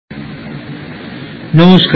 নমস্কার